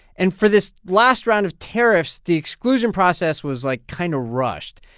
and for this last round of tariffs, the exclusion process was, like, kind of rushed.